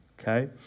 okay